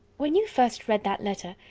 when you first read that letter,